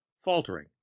faltering